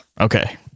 Okay